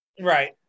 right